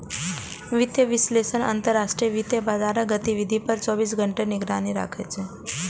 वित्तीय विश्लेषक अंतरराष्ट्रीय वित्तीय बाजारक गतिविधि पर चौबीसों घंटा निगरानी राखै छै